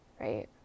right